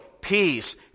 peace